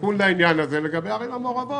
תיקון לעניין הזה לגבי הערים המעורבות.